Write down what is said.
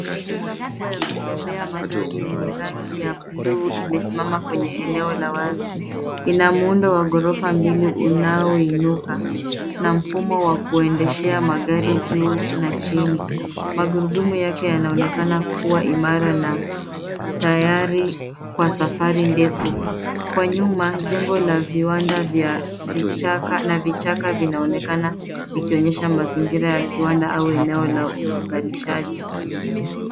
Trela kubwa ya kubebea magari yenye rangi ya buluu imesimama kwenye eneo la wazi. Ina muuondo wa ghorofa mbili unaoinuka, na mfumo wa kuendeshea magari juu na chini. Magurudumu yake yanaonekana kuwa imara na tayari kwa safari ndefu. Kwa nyuma jengo la viwanda na vichaka vinaonekana vikionyesha mazingira ya kiwanda au eneo la uzalishaji.